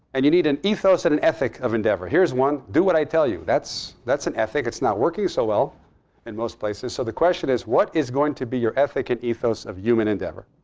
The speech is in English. and you need an ethos and an ethic of endeavor. here's one. do what i tell you. that's that's an ethic. it's not working so well in most places. so the question is what is going to be your ethic and ethos of human endeavor?